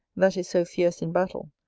that is so fierce in battle,